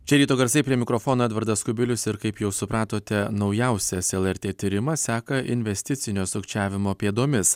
čia ryto garsai prie mikrofono edvardas kubilius ir kaip jau supratote naujausias lrt tyrimas seka investicinio sukčiavimo pėdomis